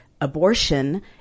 abortion